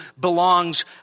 belongs